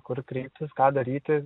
kur kreiptis ką daryti